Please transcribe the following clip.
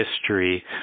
history